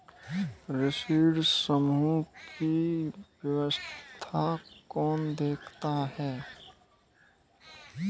ऋण समूहन की व्यवस्था कौन देखता है?